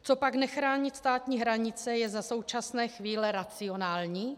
Copak nechránit státní hranice je za současné chvíle racionální?